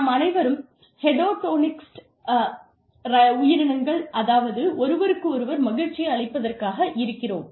நாம் அனைவரும் ஹெடோனிஸ்டிக் உயிரினங்கள் அதாவது ஒருவருக்கு ஒருவர் மகிழ்ச்சியை அளிப்பதற்காக இருக்கிறோம்